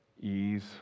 ease